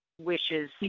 wishes